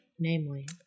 Namely